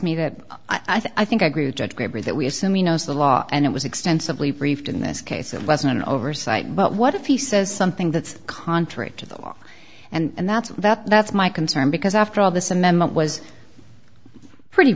me that i think i agree with judge gregory that we assume he knows the law and it was extensively briefed in this case it was an oversight but what if he says something that's contrary to the law and that's that that's my concern because after all this amendment was pretty